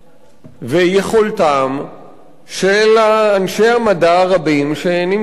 ויכולתם של אנשי המדע הרבים שנמצאים שם.